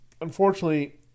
Unfortunately